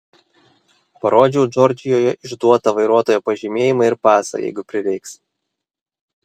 parodžiau džordžijoje išduotą vairuotojo pažymėjimą ir pasą jeigu prireiks